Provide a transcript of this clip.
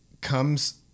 comes